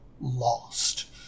lost